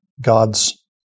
God's